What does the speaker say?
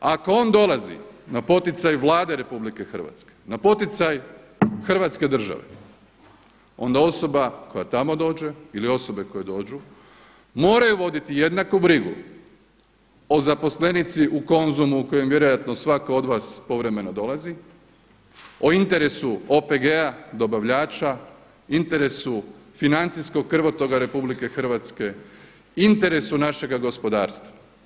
Ako on dolazi na poticaj Vlade RH, na poticaj Hrvatske država onda osoba koja tamo dođe ili osobe koje dođu, moraju voditi jednaku brigu o zaposlenici u Konzumu u koji vjerojatno svatko od vas povremeno dolazi, o interesu OPG-a dobavljača, interesu financijskog krvotoka RH, interesu našega gospodarstva.